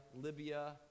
Libya